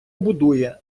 будує